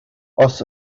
oes